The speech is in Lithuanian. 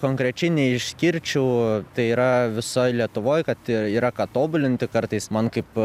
konkrečiai neišskirčiau tai yra visoj lietuvoj kad yra ką tobulinti kartais man kaip